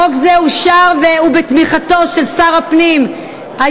חוק זה אושר והוא בתמיכתו של שר הפנים היוצא,